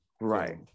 Right